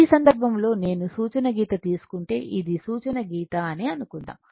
ఈ సందర్భంలో నేను సూచన గీత తీసుకుంటే ఇది సూచన గీత అని అనుకుందాం